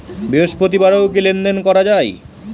বৃহস্পতিবারেও কি লেনদেন করা যায়?